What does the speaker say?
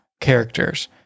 characters